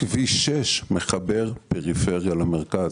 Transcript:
כביש 6 מחבר פריפריה למרכז.